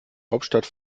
hauptstadt